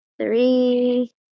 three